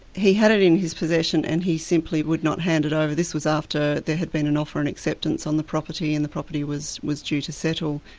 he had in his possession and he simply would not hand it over. this was after there had been an offer and acceptance on the property, and the property was was due to settle.